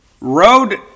road